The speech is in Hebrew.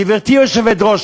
גברתי היושבת-ראש,